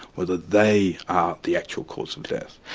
whether they are the actual cause of death.